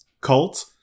cult